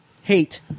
hate